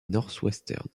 northwestern